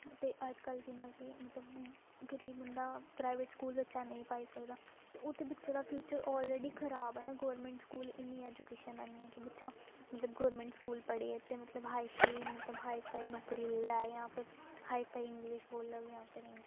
ते अज्जकल जि'यां कि मतलब गरीब बंदा प्राइवेट स्कूल बच्चा नेईं पाई सकदा ते ओह् ते बच्चे दा फ्यूचर ऑलरेडी खराब ऐ ना गौरमेंट स्कूल इ'न्नी एजुकेशन ऐनी ऐ कि बच्चा मतलब गौरमेंट स्कूल पढ़ियै ते मतलब हाई फाई मतलब हाई फाई नौकरी लेई लै जां फिर हाई फाई इंग्लिश बोलग जां फिर